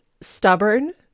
stubborn